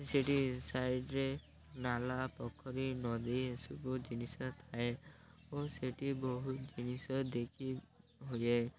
ସେଠି ସାଇଡ଼୍ରେେ ନାଲା ପୋଖରୀ ନଦୀ ଏସବୁ ଜିନିଷ ଥାଏ ଓ ସେଠି ବହୁତ ଜିନିଷ ଦେଖି ହୁଏ